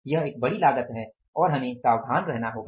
यह एक बड़ी लागत है और हमें सावधान रहना होगा